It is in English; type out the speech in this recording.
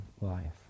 life